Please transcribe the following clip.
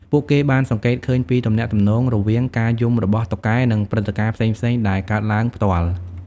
ពួកគេបានសង្កេតឃើញពីទំនាក់ទំនងរវាងការយំរបស់តុកែ និងព្រឹត្តិការណ៍ផ្សេងៗដែលកើតឡើងផ្ទាល់។